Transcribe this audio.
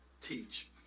teach